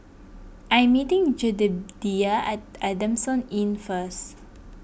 I am meeting Jedediah at Adamson Inn first